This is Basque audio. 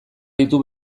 ditu